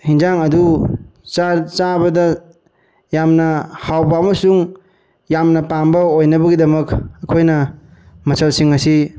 ꯑꯦꯟꯁꯥꯡ ꯑꯗꯨ ꯆꯥꯕꯗ ꯌꯥꯝꯅ ꯍꯥꯎꯕ ꯑꯝꯁꯨꯡ ꯌꯥꯝꯅ ꯄꯥꯝꯕ ꯑꯣꯏꯅꯕꯒꯤꯗꯃꯛ ꯑꯩꯈꯣꯏꯅ ꯃꯆꯜꯁꯤꯡ ꯑꯁꯤ